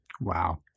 Wow